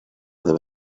deve